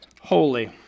holy